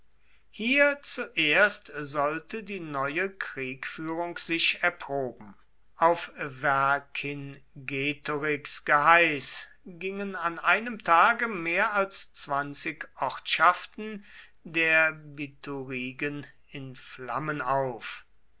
hier zuerst sollte die neue kriegführung sich erproben auf vercingetorix geheiß gingen an einem tage mehr als zwanzig ortschaften der biturigen in flammen auf